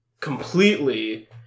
completely